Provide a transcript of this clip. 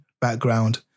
background